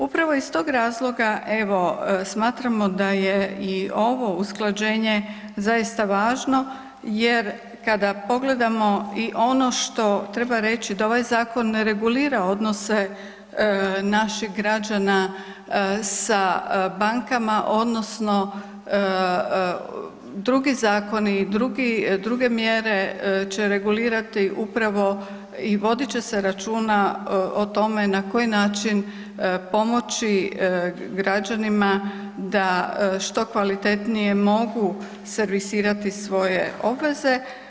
Upravo iz tog razloga, evo smatramo da je i ovo usklađenje zaista važno jer kada pogledamo i ono što treba reći da ovaj zakon ne regulira odnose naših građana sa bankama, odnosno drugi zakoni i druge mjere će regulirati upravo i vodit će se računa o tome na koji način pomoći građanima da što kvalitetnije mogu servisirati svoje obveze.